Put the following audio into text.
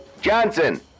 Johnson